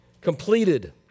completed